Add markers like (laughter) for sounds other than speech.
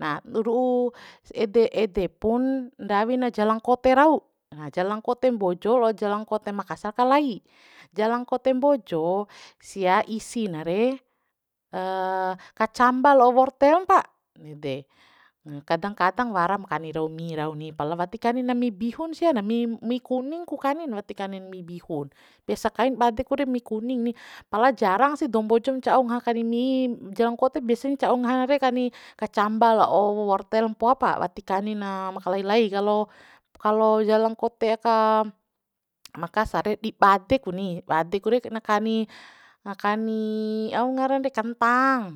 nah ru'u ede ede pun ndawi na jalangkote rau jalangkote mbojo lao jalangkote makasar ka lai jalangkote mbojo sia isi na re (hesitation) kacamba lao wortel mpa na kadang kadang waram kani rau mi rau ni pala wati kani na mi bihun sia na mi mi kuning ku kanin wati kanin mi bihun biasa kain bade ku re mi kuning ni pala jarang sih doum mbojo ma cau ngaha kani mi jalangkote biasan ca'u ngahan re kani kacamba la'o wortel mpoa pa wati kanina makali lai kalo kalo jalangkote aka makasar re ti bade ku ni bade ku re na kani na kani (hesitation) aungaran re kentang